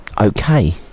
okay